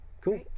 Cool